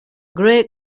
great